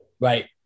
Right